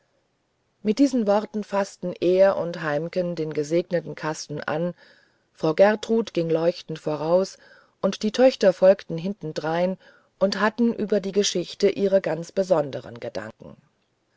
mit diesen worten faßte er und heimken den gesegneten kasten an frau gertrud ging leuchtend voraus und die töchter folgten hinterdrein und hatten über die geschichte ihre ganz besonderen gedanken